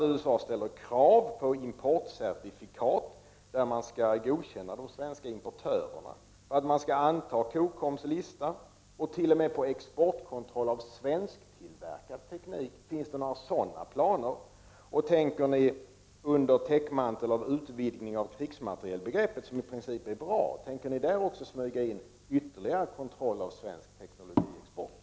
USA ställer ju krav på importcertifikat, där man skall godkänna de svenska importörerna, på att man skall anta Cocoms lista och t.o.m. på exportkontroll av svensktillverkad teknik. Finns det några sådana planer? Tänker ni under täckmantel av utvidgning av krigsmaterielbegreppet, som i princip är bra, smyga in ytterligare kontroll av svensk teknologiexport?